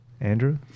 Andrew